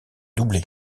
doublé